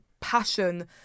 passion